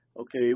Okay